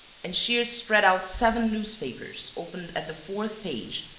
and shears spread out seven newspapers, opened at the fourth page,